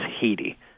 Haiti